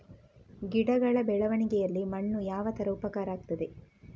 ಗಿಡಗಳ ಬೆಳವಣಿಗೆಯಲ್ಲಿ ಮಣ್ಣು ಯಾವ ತರ ಉಪಕಾರ ಆಗ್ತದೆ?